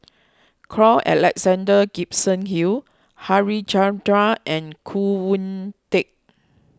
Carl Alexander Gibson Hill Harichandra and Khoo Oon Teik